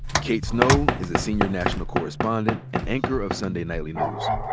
kate snow is a senior national correspondent and anchor of sunday nightly news.